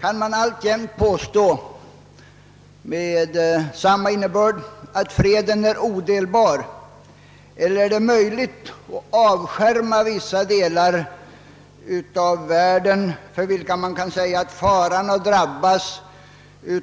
Kan man alltjämt påstå, med samma innebörd, att freden är odelbar, eller är det möjligt att avskärma vissa delar av världen, för vilka man kan säga att faran att drabbas